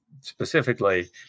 specifically